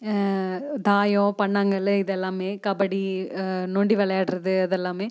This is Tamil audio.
தாயம் பண்ணாங்கல் இதெல்லாமே கபடி நொண்டி விளையாடுறது அதெல்லாமே